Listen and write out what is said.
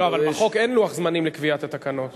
אבל בחוק אין לוח זמנים לקביעת התקנות.